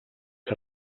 que